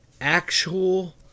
Actual